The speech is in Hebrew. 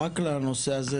רק לנושא הזה